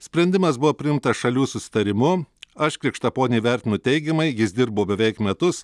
sprendimas buvo priimtas šalių susitarimu aš krikštaponį vertinu teigiamai jis dirbo beveik metus